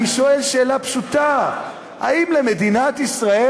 אני שואל שאלה פשוטה: האם למדינת ישראל